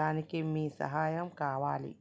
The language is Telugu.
దానికి మీ సహాయం కావాలి